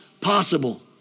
possible